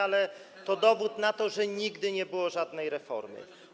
Ale to jest dowód na to, że nigdy nie było żadnej reformy.